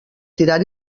tirar